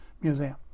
museum